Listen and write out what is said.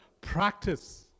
practice